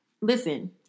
listen